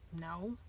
no